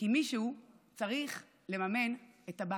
כי מישהו צריך לממן את עבאס.